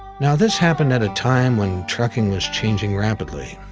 now, this happened at a time when trucking was changing rapidly.